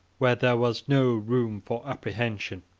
where there was no room for apprehension.